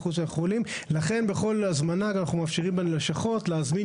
לכן בכל הזמנה אנחנו מאפשרים בלשכות להזמין